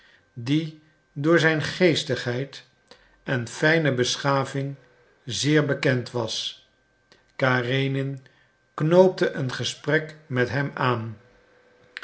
die door zijn geestigheid en fijne beschaving zeer bekend was karenin knoopte een gesprek met hem aan